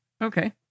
okay